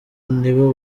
nibo